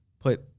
put